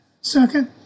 Second